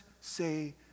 say